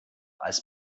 als